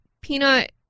Peanut